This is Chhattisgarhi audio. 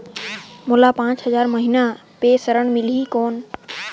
मोला पांच हजार महीना पे ऋण मिलही कौन?